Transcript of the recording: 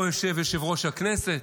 פה יושב יושב-ראש הכנסת,